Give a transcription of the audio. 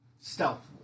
Stealth